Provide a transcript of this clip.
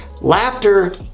Laughter